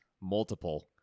multiple